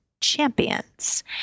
champions